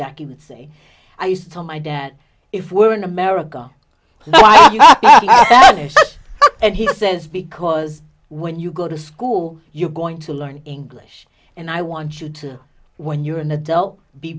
would say i used to tell my dad if we're in america and he says because when you go to school you're going to learn english and i want you to when you're an adult be